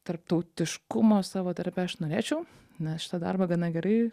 tarptautiškumo savo darbe aš norėčiau na šitą darbą gana gerai